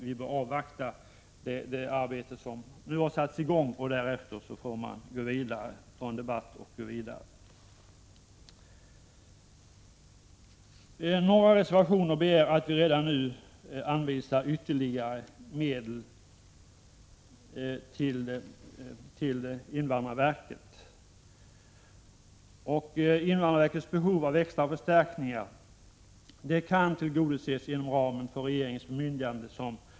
I några reservationer begärs att vi redan nu anvisar ytterligare medel till invandrarverket. Invandrarverkets behov av extra förstärkningar kan tillgodoses inom ramen för regeringens bemyndigande.